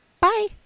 bye